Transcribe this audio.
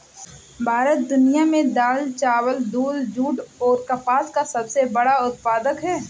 भारत दुनिया में दाल, चावल, दूध, जूट और कपास का सबसे बड़ा उत्पादक है